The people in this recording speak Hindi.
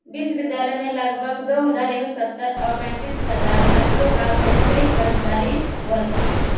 विश्वविद्यालय में लगभग दो हजार एक सौ सत्तर और पैंतीस हजार छात्रों का शैक्षणिक कर्मचारी वर्ग है